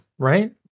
Right